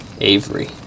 Avery